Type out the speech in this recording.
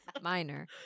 Minor